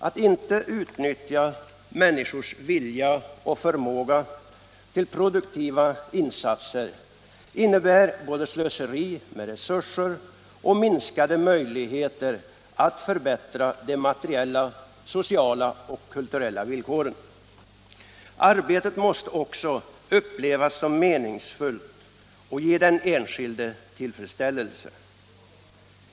Att inte utnyttja människors vilja och förmåga till produktiva insatser innebär både slöseri med resurser och minskade möjligheter att förbättra de materiella, sociala och kulturella villkoren. Arbetet måste också upplevas som meningsfullt och ge den enskilde tillfredsställelse.